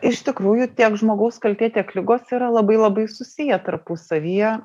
iš tikrųjų tiek žmogaus kaltė tiek ligos yra labai labai susiję tarpusavyje